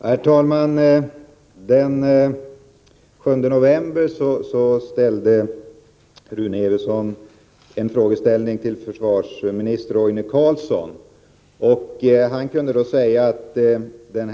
Herr talman! Den 7 november besvarade försvarsminister Roine Carlsson en liknande fråga från Rune Evensson.